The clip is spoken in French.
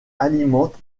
alimente